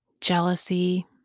jealousy